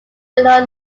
below